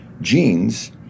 genes